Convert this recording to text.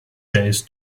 days